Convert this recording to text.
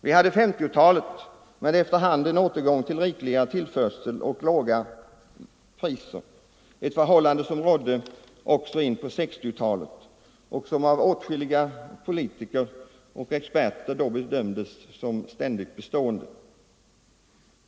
Vi hade bakom oss 1950-talet med efterhand en återgång till rikligare tillförsel och låga priser, ett förhållande som rådde också in på 1960-talet och som av åtskilliga politiker och experter då bedömdes som ständigt bestående.